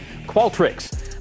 Qualtrics